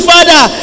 Father